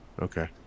okay